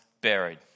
buried